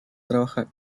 trabajar